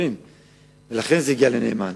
ולכן זה הגיע לנאמן.